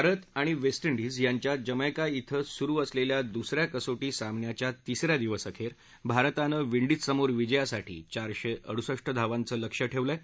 भारत आणि West Indies यांच्यात Jamaica झें सुरु असणा या दुस या कसोटी सामन्याच्या तिस या दिवसाअखर भारतान विंडीजसमोर विजयासाठी चारश अिडसष्ठ धावांचलिक्ष्य ठव्लि आह